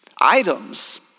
items